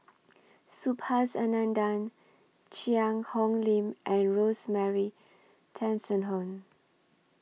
Subhas Anandan Cheang Hong Lim and Rosemary Tessensohn